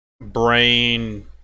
brain